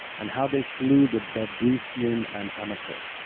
and how they slew the bebrycians and amycus,